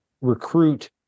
recruit